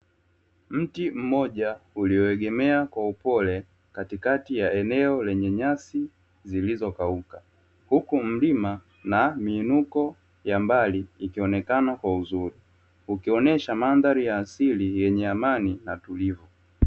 Mti mmoja ulioegemea kwa upole, katikati ya eneo lenye nyasi zilizokauka. Huku mlima na miinuko ya mbali ikionekana kwa uzuri, ukionyesha mandhari ya asili yenye amani na utulivu.